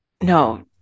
No